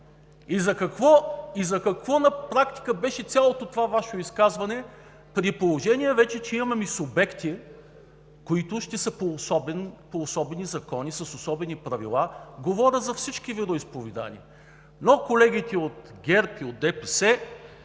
И за какво на практика беше цялото това Ваше изказване, при положение че вече имаме субекти, които ще са по особени закони, с особени правила – говоря за всички вероизповедания. Но колегите от ГЕРБ и от ДПС